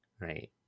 Right